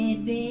baby